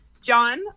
John